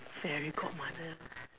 fairy godmother